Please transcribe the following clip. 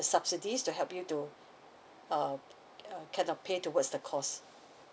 subsidy to help you to uh uh kind of pay towards the cost